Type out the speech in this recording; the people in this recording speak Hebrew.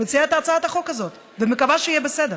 מציעה את הצעת החוק הזאת ומקווה שיהיה בסדר.